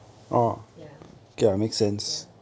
ya